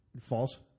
false